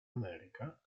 america